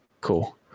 Cool